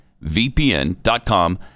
vpn.com